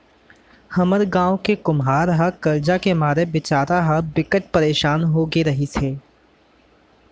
हमर गांव के कुमार ह करजा के मारे बिचारा ह बिकट परसान हो गे रिहिस हे